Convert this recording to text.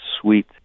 sweet